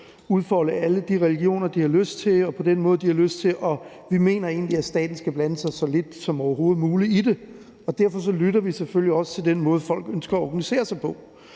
og på den måde, de har lyst til. Vi mener egentlig, at staten skal blande sig så lidt som overhovedet muligt i det. Derfor lytter vi selvfølgelig også til på hvilken måde, folk ønsker at organisere sig,